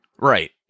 Right